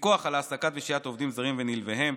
פיקוח על העסקת ושהיית עובדים זרים ונלוויהם,